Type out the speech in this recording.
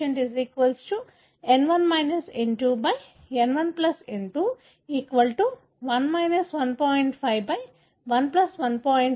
EreflectedEincident n1 n2n1n2 1 1